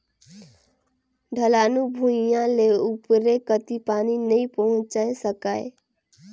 ढलानू भुइयां ले उपरे कति पानी नइ पहुचाये सकाय